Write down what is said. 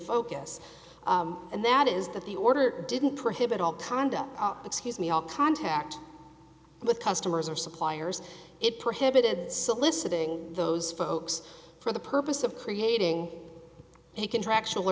focus and that is that the order didn't prohibit all tondo excuse me all contact with customers or suppliers it prohibited soliciting those folks for the purpose of creating a contractual